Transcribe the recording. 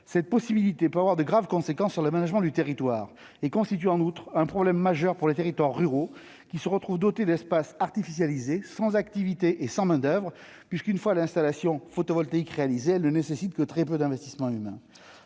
Cette possibilité peut avoir de graves conséquences sur l'aménagement du territoire. Elle constitue également un problème majeur pour les territoires ruraux, qui se retrouveront dotés d'espaces artificialisés sans activité et sans main-d'oeuvre, l'installation photovoltaïque, une fois réalisée, ne nécessitant que très peu d'investissement humain.